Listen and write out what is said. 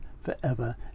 forever